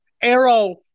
Arrow